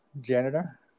janitor